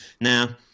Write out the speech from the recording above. Now